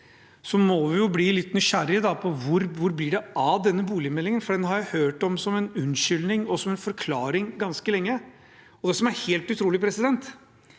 må vi jo bli litt nysgjerrige på hvor det blir av denne boligmeldingen, for den har jeg hørt om som en unnskyldning og som en forklaring ganske lenge. Det som er helt utrolig, er at